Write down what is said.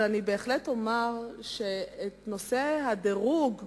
אבל אני בהחלט אומר שאת נושא הדירוג התחלנו,